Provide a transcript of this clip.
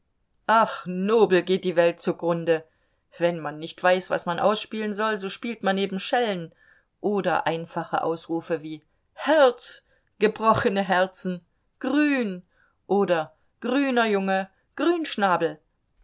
ach nobel geht die welt zugrunde wenn man nicht weiß was man ausspielen soll so spielt man eben schellen oder einfache ausrufe wie herz gebrochene herzen grün oder grüner junge